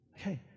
Okay